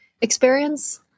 experience